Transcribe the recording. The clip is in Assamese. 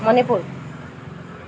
মণিপুৰ